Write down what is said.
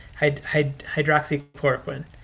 hydroxychloroquine